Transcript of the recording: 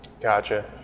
Gotcha